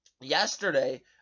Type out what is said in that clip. yesterday